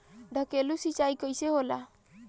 ढकेलु सिंचाई कैसे होला?